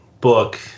book